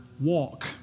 walk